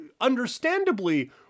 understandably